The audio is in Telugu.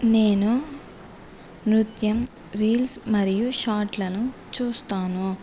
నేను నృత్యం రీల్స్ మరియు షాట్లను చూస్తాను